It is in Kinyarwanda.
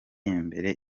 imbere